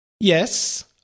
Yes